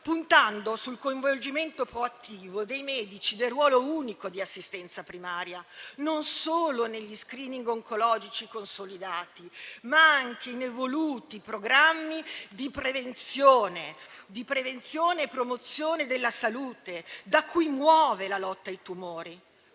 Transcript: puntando sul coinvolgimento proattivo dei medici del ruolo unico di assistenza primaria, non solo negli *screening* oncologici consolidati, ma anche in evoluti programmi di prevenzione e promozione della salute, da cui muove la lotta ai tumori.